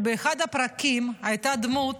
באחד הפרקים הייתה דמות